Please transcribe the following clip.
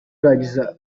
arangiza